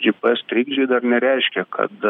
gps trikdžiai dar nereiškia kad